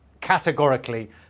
categorically